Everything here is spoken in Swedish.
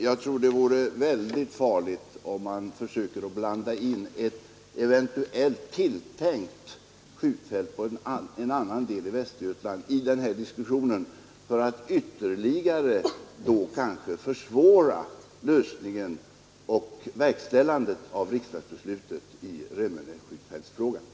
Jag tror att det vore mycket farligt att försöka blanda in ett eventuellt tilltänkt skjutfält i en annan del av Västergötland i den här diskussionen — vilket kanske ytterligare skulle försvåra lösningen och verkställandet av riksdagsbeslutet i fråga om Remmene skjutfält.